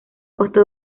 costo